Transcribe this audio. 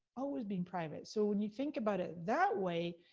always been private. so when you think about it that way,